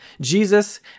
Jesus